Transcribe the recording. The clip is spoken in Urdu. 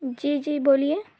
جی جی بولیے